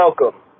welcome